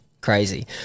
crazy